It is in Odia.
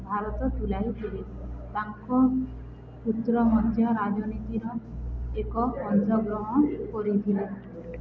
ଭାରତ ତୁଲାଇଥିଲେ ତାଙ୍କ ପୁତ୍ର ମଧ୍ୟ ରାଜନୀତିର ଏକ ଅଂଶଗ୍ରହଣ କରିଥିଲେ